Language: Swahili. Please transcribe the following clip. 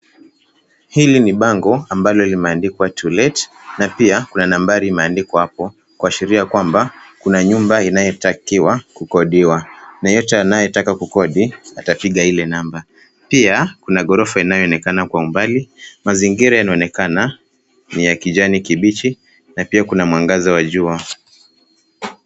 Hili ni bango ambalo limeandikwa To Let, na pia kuna nambari imeandikwa hapo, kuashiria kwamba kuna nyumba inayotakiwa kukodiwa. Yeyote anayetaka kukodi atapiga ile namba. Pia kuna ghorofa inayoonekana kwa umbali. Mazingira yanaonekana ni ya kijani kibichi, na pia kuna mwangaza wa jua.